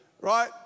Right